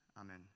Amen